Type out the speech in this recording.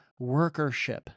workership